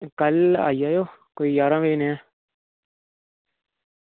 कल आई जाएओ कोई जारां बजे ने